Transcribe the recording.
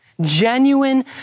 Genuine